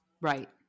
Right